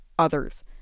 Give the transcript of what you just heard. others